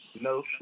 No